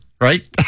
right